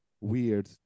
weird